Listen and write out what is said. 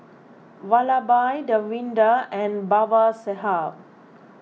Vallabhbhai Davinder and Babasaheb